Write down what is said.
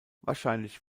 wahrscheinlich